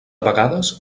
vegades